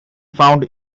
found